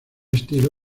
estilo